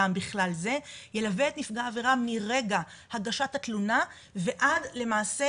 גם בכלל זה ילווה את נפגע העבירה מרגע הגשת התלונה ועד למעשה,